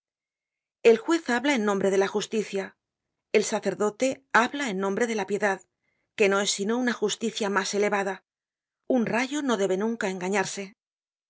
el juez habla en nombre de la justicia el sacerdote habla en nombre de la piedad que no es sino una justicia mas elevada un rayo no debe nunca engañarse y